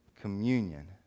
communion